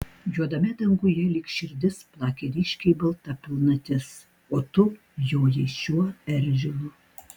juodame danguje lyg širdis plakė ryškiai balta pilnatis o tu jojai šiuo eržilu